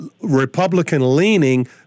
Republican-leaning